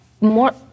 more